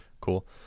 cool